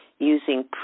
Using